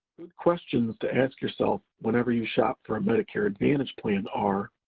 good questions to ask yourself whenever you shop for a medicare advantage plan are,